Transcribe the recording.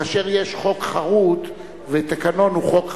כאשר יש חוק חרות, ותקנון הוא חוק חרות,